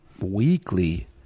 weekly